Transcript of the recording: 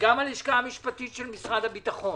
וגם הלשכה המשפטית של משרד הביטחון